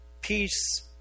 peace